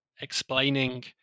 explaining